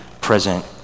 present